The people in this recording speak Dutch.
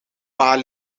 paar